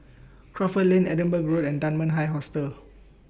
Crawford Lane Edinburgh Road and Dunman High Hostel